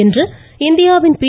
இன்று இந்தியாவின் பி